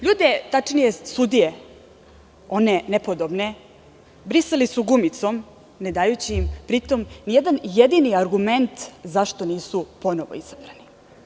Ljude, tačnije sudije, one nepodobne, brisali su gumicom, ne dajući pri tom nijedan jedini argument zašto nisu ponovo izabrani.